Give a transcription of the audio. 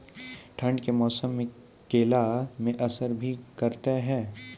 ठंड के मौसम केला मैं असर भी करते हैं?